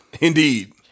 Indeed